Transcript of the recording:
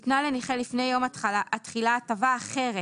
ניתנה לנכה לפני יום התחילה הטבה אחרת